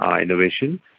innovation